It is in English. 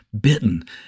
bitten